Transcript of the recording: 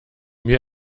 mir